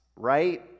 right